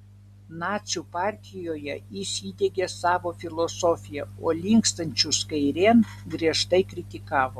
nacių partijoje jis įdiegė savo filosofiją o linkstančius kairėn griežtai kritikavo